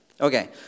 Okay